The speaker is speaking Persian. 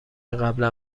قبلا